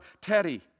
Teddy